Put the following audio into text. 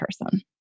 person